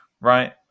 right